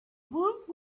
woot